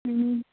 ꯎꯝ